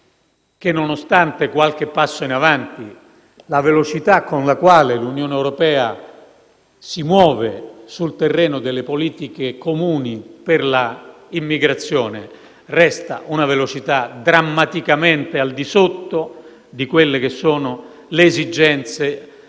che, nonostante qualche passo in avanti, la velocità con la quale l'Unione europea si muove sul terreno delle politiche comuni per l'immigrazione resta drammaticamente al di sotto delle esigenze